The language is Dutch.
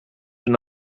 zijn